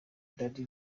dady